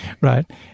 Right